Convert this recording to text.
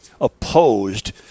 opposed